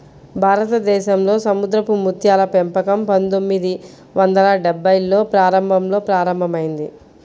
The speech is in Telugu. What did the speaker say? భారతదేశంలో సముద్రపు ముత్యాల పెంపకం పందొమ్మిది వందల డెభ్భైల్లో ప్రారంభంలో ప్రారంభమైంది